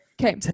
okay